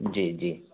جی جی